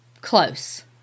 Close